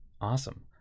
Awesome